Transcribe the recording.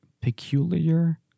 Peculiar